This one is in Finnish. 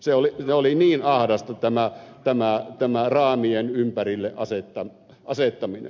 se oli niin ahdasta tämä raamien ympärille asettaminen